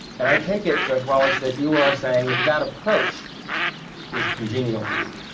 and i take it, judge wallace, that you are saying that that approach is congenial to you?